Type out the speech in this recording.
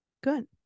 good